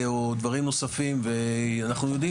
או דברים נוספים ואנחנו יודעים,